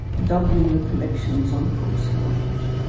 doubling the collections on cook's voyage.